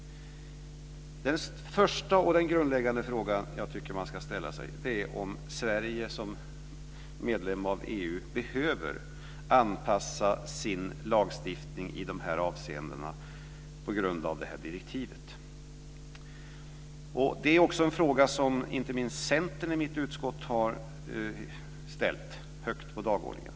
Den första och grundläggande fråga jag tycker att man ska ställa sig är om Sverige som medlem av EU behöver anpassa sin lagstiftning i de här avseendena på grund av det här direktivet. Det är också en fråga som inte minst Centern i mitt utskott har ställt högt på dagordningen.